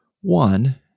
One